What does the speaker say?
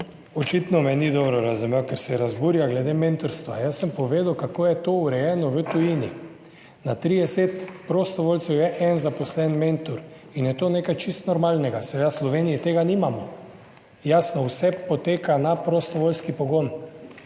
očitno me ni dobro razumel, ker se razburja glede mentorstva. Jaz sem povedal kako je to urejeno v tujini, na 30 prostovoljcev je en zaposlen mentor in je to nekaj čisto normalnega. Seveda v Sloveniji tega nimamo. Jasno, vse poteka na prostovoljski pogon